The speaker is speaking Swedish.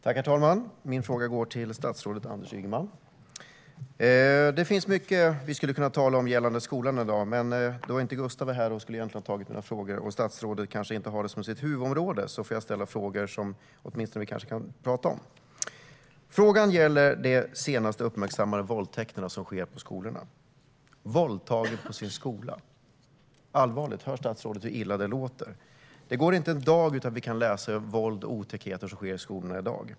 Herr talman! Min fråga går till statsrådet Anders Ygeman. Det finns mycket vi skulle kunna tala om gällande skolan i dag, men då Gustav Fridolin, som egentligen skulle ha tagit mina frågor, inte är här och statsrådet kanske inte har detta som sitt huvudområde får jag ställa frågor som vi kanske kan prata om, åtminstone. Frågan gäller de senaste uppmärksammade våldtäkterna som har skett på skolor. Våldtagen på sin skola - allvarligt - hör statsrådet hur illa det låter? Det går inte en dag utan att vi kan läsa om våld och otäckheter som sker i skolorna i dag.